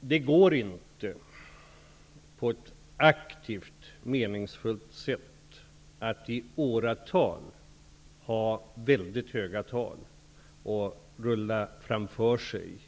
Det går inte att på ett aktivt och meningsfullt sätt i åratal ha ett mycket stort antal människor i tillfälliga åtgärder och rulla problemet framför sig.